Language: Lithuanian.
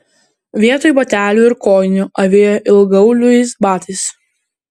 vietoj batelių ir kojinių avėjo ilgaauliais batais